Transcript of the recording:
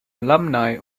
alumni